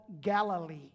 Galilee